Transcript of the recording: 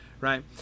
right